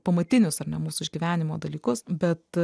pamatinius ar ne mūsų išgyvenimo dalykus bet